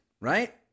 right